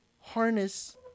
harness